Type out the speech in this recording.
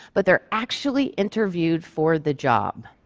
but they're actually interviewed for the job.